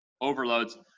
overloads